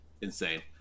insane